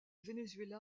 venezuela